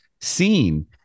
seen